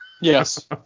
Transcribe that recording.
Yes